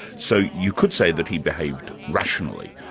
so you could say that he behaved rationally.